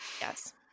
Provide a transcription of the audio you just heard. yes